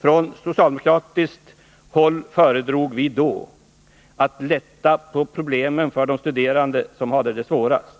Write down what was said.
Från socialdemokratiskt håll föredrog vi då att lätta på problemen för de studerande som hade det svårast